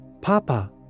Papa